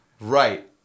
Right